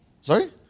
Sorry